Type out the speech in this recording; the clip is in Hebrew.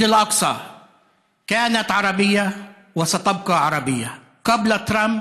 צלאח א-דין, רחוב צלאח א-דין, שער השבטים,